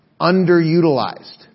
underutilized